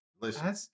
Listen